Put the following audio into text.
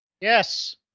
Yes